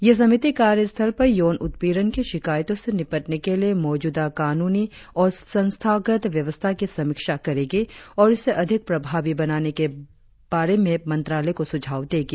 यह समिति कार्यस्थल पर यौन उत्पीड़न की शिकायतो से निपटने के लिए मौजूदा कानूनी और संस्थागत व्यवस्था की समीक्षा करेगी और इसे अधिक प्रभावी बनाने के बारे में मंत्रालय को सुझाव देगी